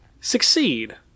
succeed